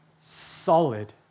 solid